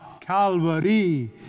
Calvary